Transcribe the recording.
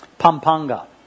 Pampanga